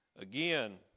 Again